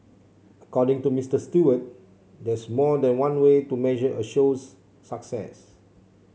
according to Mister Stewart there's more than one way to measure a show's success